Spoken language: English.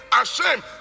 ashamed